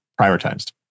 prioritized